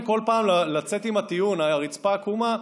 הרצפה עקומה,